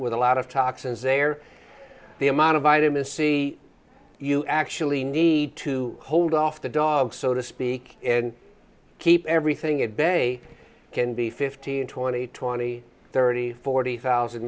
with a lot of toxins there the amount of vitamin c you actually need to hold off the dog so to speak and keep everything it bang a can be fifteen twenty twenty thirty forty thousand